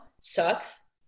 sucks